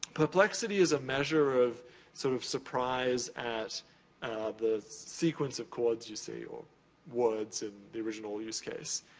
perplexity is a measure of sort of surprise at the sequence of chords you see or words in the original use-case.